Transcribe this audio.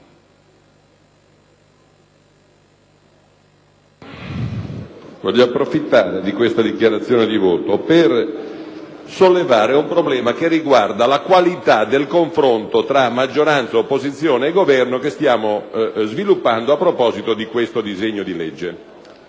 vorrei approfittare di questa dichiarazione di voto per sollevare un problema che riguarda la qualità del confronto tra maggioranza, opposizione e Governo che stiamo sviluppando a proposito di questo disegno di legge.